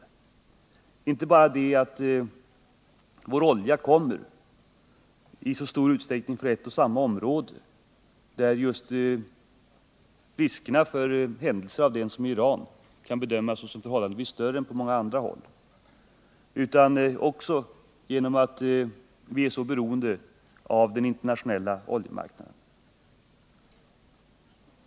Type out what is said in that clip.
Det gäller inte bara det att vår olja i så stor utsträckning kommer från ett och samma område, där just riskerna för händelser av samma typ som i Iran kan bedömas som förhållandevis större än på många andra håll, utan också att vi är så beroende av den internationella oljemarknaden.